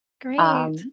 Great